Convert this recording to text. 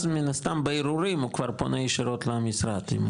אז מן הסתם בערעורים הוא פונה ישירות למשרד.